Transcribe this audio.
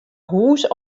hûs